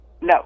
No